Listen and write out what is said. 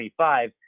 25